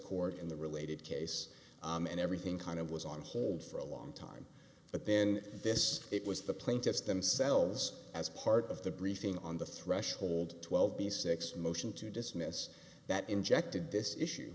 court in the related case and everything kind of was on hold for a long time but then this it was the plaintiffs themselves as part of the briefing on the threshold twelve b six motion to dismiss that injected this issue